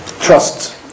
trust